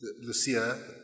Lucia